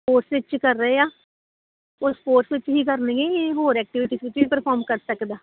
ਉਸ ਵਿੱਚ ਕਰ ਰਹੇ ਆ ਉਹ ਸਪੋਰਟਸ ਵਿੱਚ ਨਹੀਂ ਕਰਨੀ ਇਹ ਹੋਰ ਐਕਟੀਵਿਟੀ ਪਰਫੋਰਮ ਕਰ ਸਕਦਾ